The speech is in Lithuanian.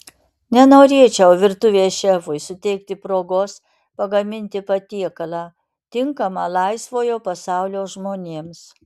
nenorėčiau virtuvės šefui suteikti progos pagaminti patiekalą tinkamą laisvojo pasaulio žmonėms